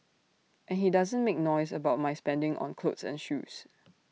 and he doesn't make noise about my spending on clothes and shoes